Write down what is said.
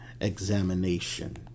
examination